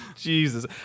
Jesus